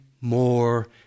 more